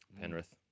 Penrith